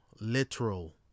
Literal